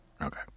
Okay